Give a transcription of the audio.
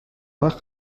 وقت